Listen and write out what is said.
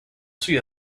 see